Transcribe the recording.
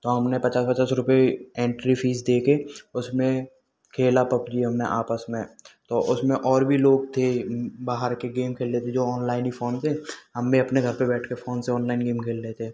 तो हमने पचास पचास रुपये एंट्री फीस देकर उसमें खेला पब्जी हमने आपस में तो उसमें और भी लोग थे बाहर के गेम खेल रहे थे जो ऑनलाइन ही फोन से हम भी अपने घर पर बैठकर फोन से ऑनलाइन गेम खेल रहे थे